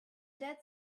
dead